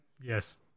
Yes